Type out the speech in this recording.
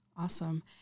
Awesome